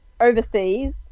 overseas